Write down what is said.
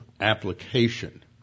application